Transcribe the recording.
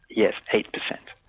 yes, eight percent.